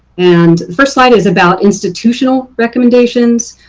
and first slide is about institutional recommendations.